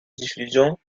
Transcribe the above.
diffusion